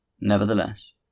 Nevertheless